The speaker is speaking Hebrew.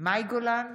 מאי גולן,